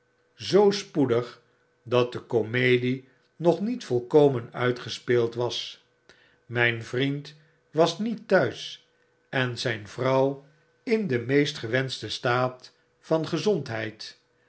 zoo spoedig dat de comedie nog niet volkomen uitgespeeld was myn vriend was niet t'huis en zyn vrouw in den meest gewenschten staat van gezondheid